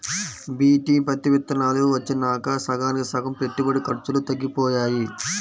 BT పత్తి విత్తనాలు వచ్చినాక సగానికి సగం పెట్టుబడి ఖర్చులు తగ్గిపోయాయి